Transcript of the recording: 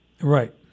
Right